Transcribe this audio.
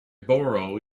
borrow